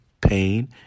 pain